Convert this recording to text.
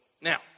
Now